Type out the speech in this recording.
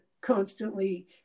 constantly